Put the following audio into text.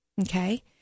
Okay